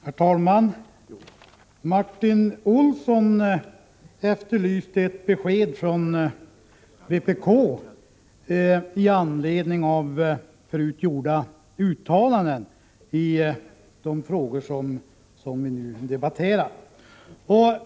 Herr talman! Martin Olsson efterlyste ett besked från vpk i anledning av förut gjorda uttalanden i de frågor vi nu debatterar.